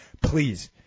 please